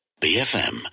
BFM